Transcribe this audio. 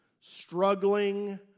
Struggling